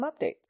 updates